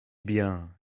bien